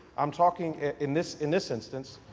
i'm talking in this in this instance,